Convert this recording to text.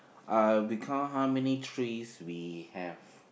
uh we count how many trees we have